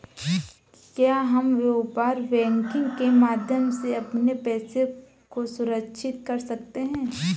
क्या हम व्यापार बैंकिंग के माध्यम से अपने पैसे को सुरक्षित कर सकते हैं?